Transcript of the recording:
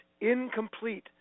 incomplete